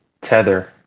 Tether